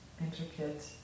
intricate